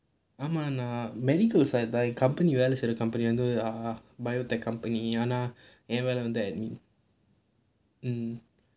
I'm on a medical side தான்:thaan company வேலை செய்ற:velai seira company வந்து:vanthu ah biotechnology company என் வேலை வந்து:en velai vanthu administration mm